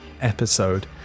episode